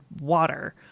water